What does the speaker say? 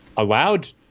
allowed